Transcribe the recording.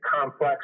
complex